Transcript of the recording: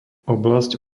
oblasť